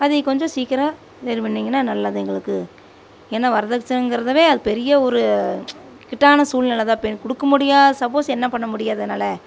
அதை கொஞ்சம் சீக்கரம் இது பண்ணீங்கனால் நல்லது எங்களுக்கு ஏன்னா வரதட்சணைங்கிறதவே பெரிய ஒரு இக்கட்டான சூழ்நிலை தான் இப்போ எனக்கு கொடுக்க முடியாது சப்போஸ் என்ன பண்ண முடியாது என்னால்